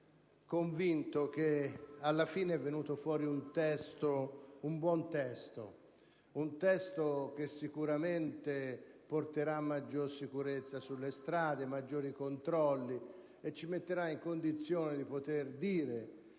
convinto che, alla fine, sia stato predisposto un buon testo, che sicuramente porterà maggiore sicurezza sulle strade, maggiori controlli e ci metterà in condizione di poter dire